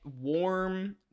warm